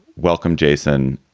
welcome, jason.